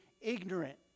ignorant